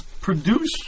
produce